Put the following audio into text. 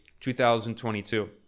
2022